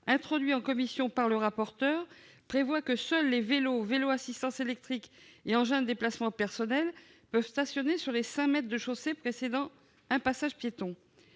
introduit en commission par le rapporteur, prévoit que seuls les vélos, vélos à assistance électrique et engins de déplacement personnel peuvent stationner sur les cinq mètres de chaussée précédant un passage pour